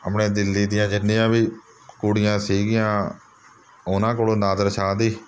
ਆਪਣੇ ਦਿੱਲੀ ਦੀਆਂ ਜਿੰਨੀਆਂ ਵੀ ਕੁੜੀਆਂ ਸੀਗੀਆਂ ਉਹਨਾਂ ਕੋਲੋਂ ਨਾਦਰ ਸ਼ਾਹ ਦੀ